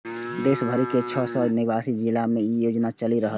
देश भरिक छह सय नवासी जिला मे ई योजना चलि रहल छै